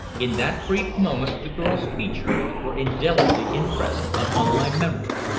in that brief moment the girl's features were indelibly impressed upon my memory.